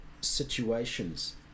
situations